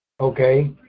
okay